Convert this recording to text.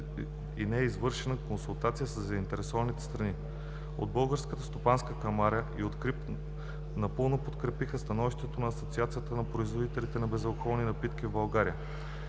и не е извършена консултация със заинтересованите страни. От Българската стопанска камара и от КРИБ напълно подкрепиха становището на Асоциацията на производителите на безалкохолни напитки в България.